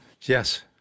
Yes